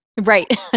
right